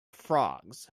frogs